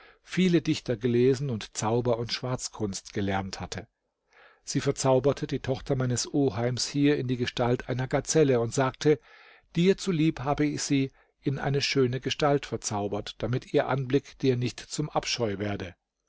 viele dichter gelesen und zauber und schwarzkunst gelernt hatte sie verzauberte die tochter meines oheims hier in die gestalt einer gazelle und sagte dir zu lieb habe ich sie in eine schöne gestalt verzaubert damit ihr anblick dir nicht zum abscheu werde